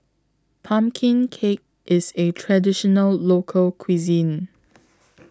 Pumpkin Cake IS A Traditional Local Cuisine